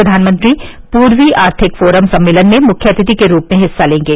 प्रघानमंत्री पूर्वी आर्थिक फोरम सम्मेलन में मुख्य अतिथि के रूप में हिस्सा लेंगे